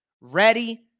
Ready